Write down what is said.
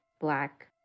black